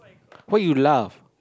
why you laugh